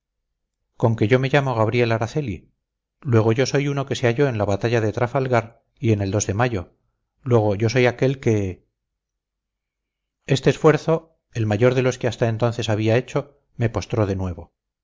con que yo me llamo gabriel araceli luego yo soy uno que se halló en la batalla de trafalgar y en el de mayo luego yo soy aquel que este esfuerzo el mayor de los que hasta entonces había hecho me postró de nuevo